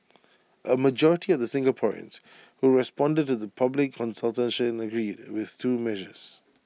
A majority of the Singaporeans who responded to the public consultation agreed with the two measures